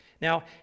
Now